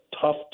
tough